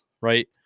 right